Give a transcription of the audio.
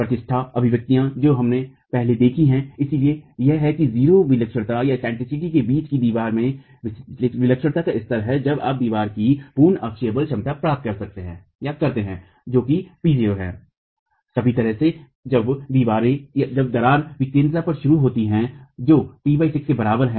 प्रतिष्ठित अभिव्यक्तियाँ जो हमने पहले देखी हैं इसलिए यह है कि 0 विलक्षणता के बीच की दीवार में विलक्षणता का स्तर है जब आप दीवार की पूर्ण अक्षीय बल क्षमता प्राप्त करते हैं जो कि P0 है सभी तरह से जब दरारें विकेंद्रिता पर शुरू होती हैं जो t 6 के बराबर है